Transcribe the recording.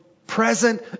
present